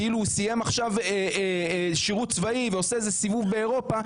כאילו הוא סיים עכשיו שירות צבאי ועושה סיבוב באירופה,